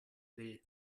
will